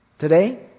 Today